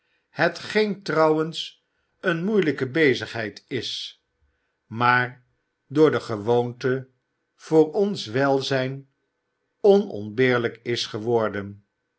hetgeen trouwens een moeilijke bezigheid is maar door de gewoonte voor ons welzijn onontbeerlijk is geworden